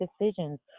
decisions